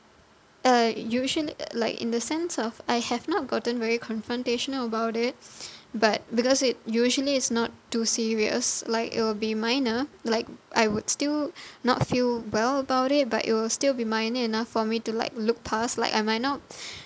uh usually like in the sense of I have not gotten very confrontational about it but because it usually is not too serious like it'll be minor like I would still not feel well about it but it will still be minor enough for me to like look past like I might not